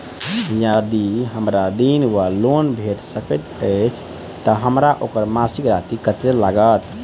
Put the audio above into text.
यदि हमरा ऋण वा लोन भेट सकैत अछि तऽ हमरा ओकर मासिक राशि कत्तेक लागत?